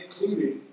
including